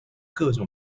各种